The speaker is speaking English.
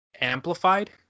amplified